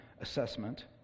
assessment